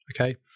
okay